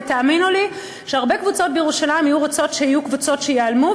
ותאמינו לי שהרבה קבוצות בירושלים היו רוצות שיהיו קבוצות שייעלמו,